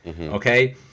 Okay